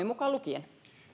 mukaan lukien